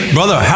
Brother